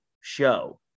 show